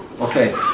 Okay